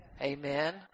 Amen